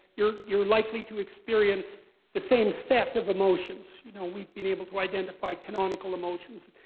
you're you're likely to experience the same set of emotions. you know we've been able to identify canonical emotions.